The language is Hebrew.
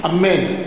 אמן.